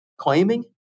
claiming